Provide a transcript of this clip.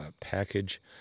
package